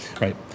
right